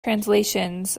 translations